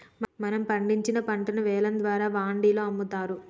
మనం పండించిన పంటను వేలం ద్వారా వాండిలో అమ్ముతారు